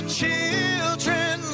children